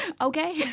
Okay